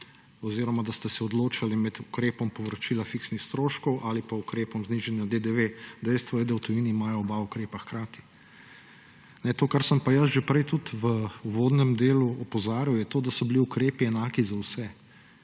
omenili, da ste se odločali med ukrepom povračila fiksnih stroškov ali ukrepom znižanja DDV, dejstvo je, da v tujini imajo oba ukrepa hkrati. To, na kar sem pa jaz tudi že prej v uvodnem delu opozarjal, je to, da so bili ukrepi enaki za vse.